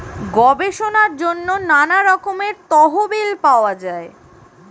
গবেষণার জন্য নানা রকমের তহবিল পাওয়া যায়